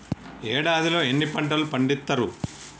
ఏడాదిలో ఎన్ని పంటలు పండిత్తరు?